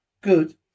good